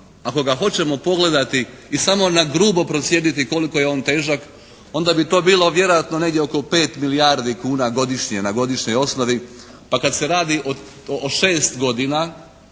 Ako ga hoćemo pogledati i samo na grubo procijeniti koliko je on težak onda bi to bilo vjerojatno oko 5 milijardi kuna godišnje, na godišnjoj osnovi, pa kad se radi o 6 godina